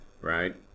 right